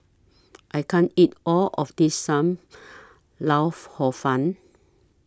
I can't eat All of This SAM Lau Hor Fun